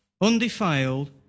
undefiled